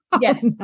Yes